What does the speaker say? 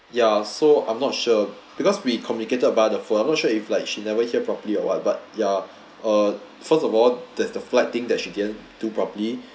ya so I'm not sure because we communicated by the phone I'm not sure if like she never hear properly or what but ya uh first of all there's the flight thing that she didn't do properly